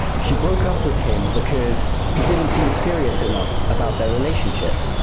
she broke up with him because he didn't seem serious enough about their relationship